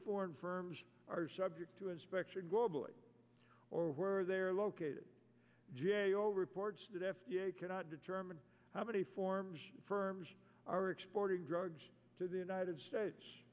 foreign firms are subject to inspection globally or where they are located g a o reports that f d a cannot determine how many forms firms are exporting drugs to the united states